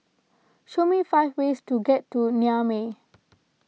show me five ways to get to Niamey